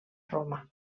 roma